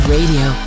Radio